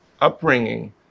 upbringing